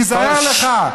תיזהר לך.